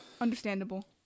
Understandable